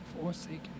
Forsaken